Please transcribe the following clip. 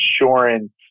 insurance